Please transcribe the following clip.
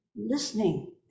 listening